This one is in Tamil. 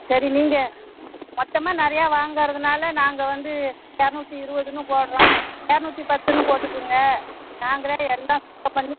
சரி நீங்கள் மொத்தமாக நிறையா வாங்குறதுனால நாங்கள் வந்து இரநூத்தி இருவதுன்னு போடுறோம் இரநூத்தி பத்துன்னு போட்டுக்குங்க நாங்களே எல்லாம் சுத்தம் பண்ணி